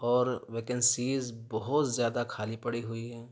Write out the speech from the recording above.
اور ویکنسیز بہت زیادہ خالی پڑی ہوئی ہیں